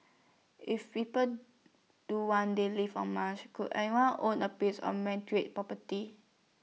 if people do one day live on Mars could anyone own A piece of man tree property